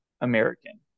American